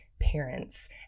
parents